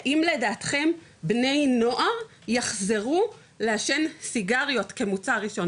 האם לדעתכם בני נוער יחזרו לעשן סיגריות כמוצר ראשון